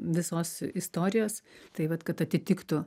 visos istorijos tai vat kad atitiktų